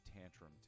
tantrum